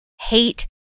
hate